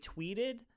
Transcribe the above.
tweeted